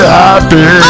happy